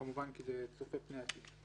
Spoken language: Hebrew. כמובן כי זה צופה פני עתיד.